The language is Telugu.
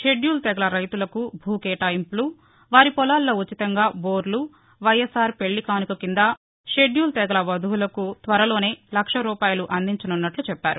షెడ్యూలు తెగల రైతులకు భూ కేటాయింపులు వారి పొలాల్లో ఉచితంగా బోర్లు వైఎస్సార్ పెల్లికానుక కింద షెడ్యూలు తెగల వధుపులకు త్వరలోనే లక్ష రూపాయలు అందించసున్నట్లు చెప్పారు